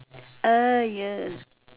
ya